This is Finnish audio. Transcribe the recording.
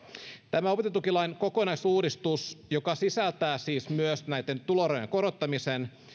tämä opintotukilain kokonaisuudistus joka sisältää siis myös tulorajojen korottamisen